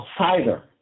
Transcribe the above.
outsider